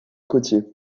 côtiers